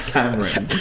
Cameron